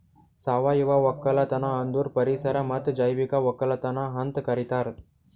ಸಾವಯವ ಒಕ್ಕಲತನ ಅಂದುರ್ ಪರಿಸರ ಮತ್ತ್ ಜೈವಿಕ ಒಕ್ಕಲತನ ಅಂತ್ ಕರಿತಾರ್